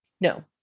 No